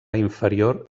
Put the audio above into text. inferior